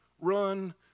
run